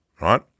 right